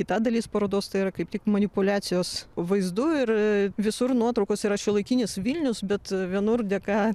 kita dalis parodos tai yra kaip tik manipuliacijos vaizdu ir a visur nuotraukose yra šiuolaikinis vilnius bet vienur dėka